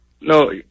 No